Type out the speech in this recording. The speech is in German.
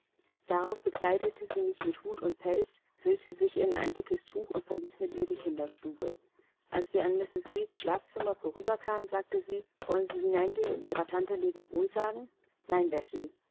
darauf bekleidete sie mich mit hut und pelz hüllte sich in ein dickes tuch und verließ mit mir die kinderstube als wir an mrs reeds schlafzimmer vorüberkamen sagte sie wollen sie hineingehen und ihrer tante lebewohl sagen nein